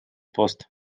пост